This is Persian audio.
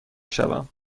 شوم